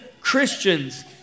Christians